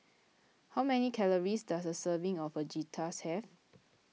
how many calories does a serving of Fajitas have